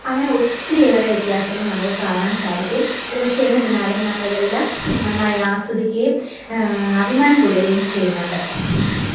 അങ്ങനെ ഒത്തിരി ഏറെ വ്യത്യാസങ്ങൾ നമുക്ക് കാണാൻ സാധിക്കും ഇത് പക്ഷേ എന്നിരുന്നാലും ഞങ്ങളിതെല്ലാം നന്നായി ആസ്വദിക്കുകയും അഭിമാനം കൊള്ളുകയും ചെയ്യുന്നുണ്ട്